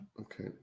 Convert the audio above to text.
Okay